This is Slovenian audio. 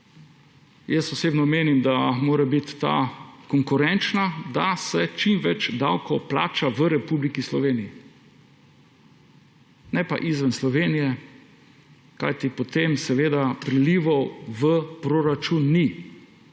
Jaz osebno menim, da mora biti ta konkurenčna, da se čim več davkov plača v Republiki Sloveniji, ne pa izven Slovenije. Kajti potem seveda prilivov v proračun ni.